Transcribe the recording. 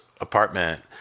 apartment